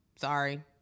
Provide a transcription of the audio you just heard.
Sorry